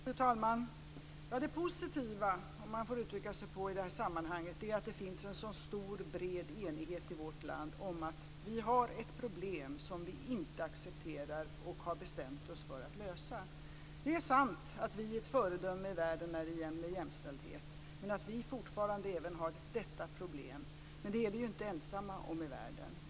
Fru talman! Det positiva, om man får uttrycka sig så i detta sammanhang, är att det finns en så stor och bred enighet i vårt land om att vi har ett problem som vi inte accepterar och som vi har bestämt oss för att lösa. Det är sant att vi är ett föredöme i världen när det gäller jämställdhet men att vi fortfarande även har detta problem. Men det är vi ju inte ensamma om i världen.